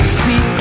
see